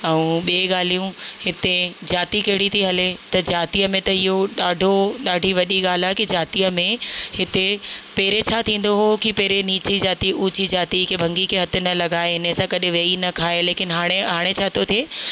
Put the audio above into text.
ऐं ॿीं ॻाल्हियूं हिते जाती कहिड़ी थी हले त जातीअ में त इहो ॾाढो ॾाढी वॾी ॻाल्हि आहे कि जातीअ में हिते पहिरें छा थींदो हुओ की पहिरें निची जाती ऊची जाती खे भंगी खे हथु न लॻाए हिन सां गॾु वेही न खाए लेकिनि हाणे हाणे छा थो थिए